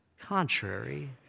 contrary